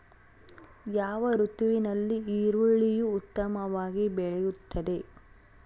ಯಾವ ಋತುವಿನಲ್ಲಿ ಈರುಳ್ಳಿಯು ಉತ್ತಮವಾಗಿ ಬೆಳೆಯುತ್ತದೆ?